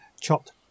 chopped